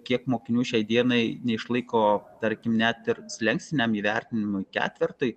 kiek mokinių šiai dienai neišlaiko tarkim net ir slenkstiniam įvertinimui ketvertui